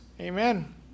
Amen